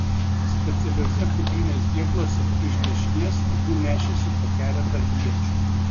specialiuose kuprinės dėkluose iš dešinės abu nešėsi po keletą iečių